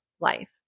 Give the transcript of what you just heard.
life